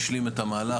השלים את המהלך,